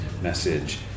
message